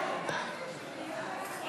סעיפים 1 4